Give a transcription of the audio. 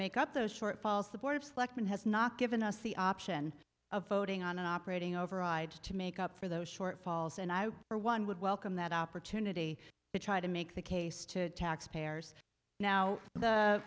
make up those shortfalls the board of selectmen has not given us the option of voting on an operating override to make up for those shortfalls and i for one would welcome that opportunity to try to make the case to taxpayers now